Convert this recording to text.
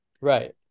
right